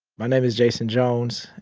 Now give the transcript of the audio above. my name is jason jones,